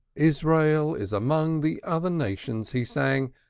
israel is among the other nations, he sang,